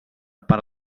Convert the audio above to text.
per